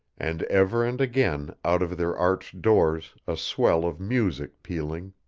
and ever and again out of their arched doors a swell of music pealing.